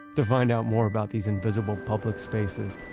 to find out more about these invisible public spaces,